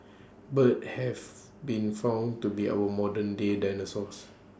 birds have been found to be our modern day dinosaurs